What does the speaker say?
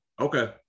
Okay